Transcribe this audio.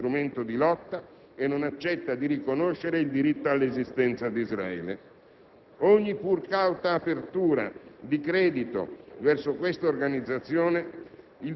Per quanto riguarda il problema dei rapporti israeliano‑palestinesi, ci è sembrato che ella abbia voluto oggi correggere le sue precedenti dichiarazioni di San Miniato,